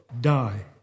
die